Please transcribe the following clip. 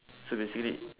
so basically